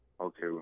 okay